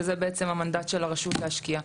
שזה בעצם המנדט של הרשות להשקיע.